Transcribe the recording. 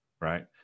Right